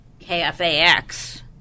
KFAX